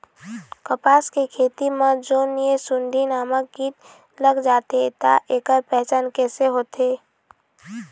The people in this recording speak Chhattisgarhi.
कपास के खेती मा जोन ये सुंडी नामक कीट लग जाथे ता ऐकर पहचान कैसे होथे?